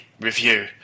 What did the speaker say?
review